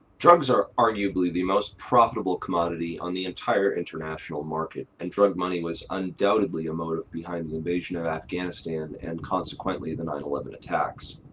drugs are arguably the most profitable commodity on the entire international market, and drug money was undoubtedly a motive behind the the invasion of afghanistan and consequently the nine eleven attacks.